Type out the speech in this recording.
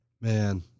Man